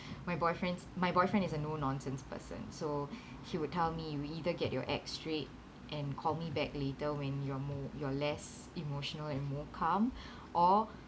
my boyfriend my boyfriend is a no nonsense person so he would tell me you either get your act straight and call me back later when your moo~ you're less emotional and more calm or